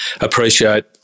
appreciate